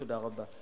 תודה רבה.